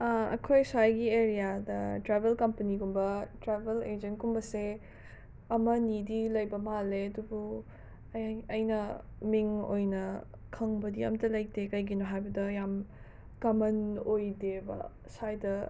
ꯑꯩꯈꯣꯏ ꯁ꯭ꯋꯥꯏꯒꯤ ꯑꯦꯔꯤꯌꯥꯗ ꯇ꯭ꯔꯥꯕꯦꯜ ꯀꯝꯄꯅꯤꯒꯨꯝꯕ ꯇ꯭ꯔꯥꯕꯦꯜ ꯑꯦꯖꯦꯟꯀꯨꯝꯕꯁꯦ ꯑꯃꯅꯤꯗꯤ ꯂꯩꯕ ꯃꯥꯜꯂꯦ ꯑꯗꯨꯕꯨ ꯑꯩ ꯑꯩꯅ ꯃꯤꯡ ꯑꯣꯏꯅ ꯈꯪꯕꯗꯤ ꯑꯃꯠꯇ ꯂꯩꯇꯦ ꯀꯩꯒꯤꯅꯣ ꯍꯥꯏꯕꯗ ꯌꯥꯝ ꯀꯃꯟ ꯑꯣꯏꯗꯦꯕ ꯁ꯭ꯋꯥꯏꯗ